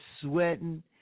sweating